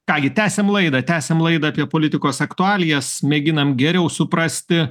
ką gi tęsiam laidą tęsiam laidą apie politikos aktualijas mėginam geriau suprasti